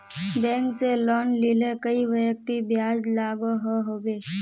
Bank से loan लिले कई व्यक्ति ब्याज लागोहो होबे?